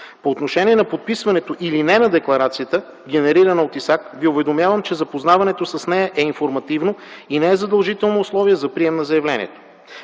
По отношение на подписването или не на декларацията, генерирана от ИСАК, Ви уведомявам, че запознаването с нея е информативно и не е задължително условие за прием на заявлението.